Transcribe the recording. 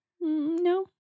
No